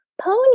pony